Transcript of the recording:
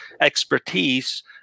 expertise